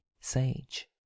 sage